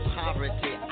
poverty